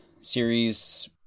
series